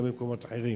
גם במקומות אחרים.